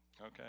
Okay